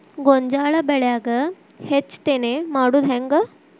ಗೋಂಜಾಳ ಬೆಳ್ಯಾಗ ಹೆಚ್ಚತೆನೆ ಮಾಡುದ ಹೆಂಗ್?